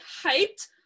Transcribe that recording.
height